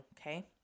okay